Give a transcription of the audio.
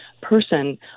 person